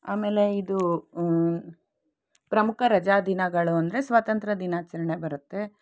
ಆಮೇಲೆ ಇದು ಪ್ರಮುಖ ರಜಾ ದಿನಗಳು ಅಂದರೆ ಸ್ವಾತಂತ್ರ್ಯ ದಿನಾಚರಣೆ ಬರುತ್ತೆ